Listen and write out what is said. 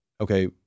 okay